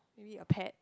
maybe a pet